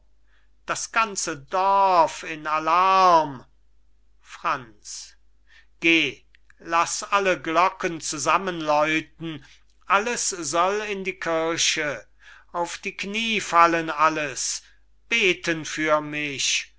das ganze dorf in allarm franz geh laß alle glocken zusammenläuten alles soll in die kirche auf die kniee fallen alles beten für mich